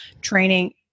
training